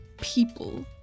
people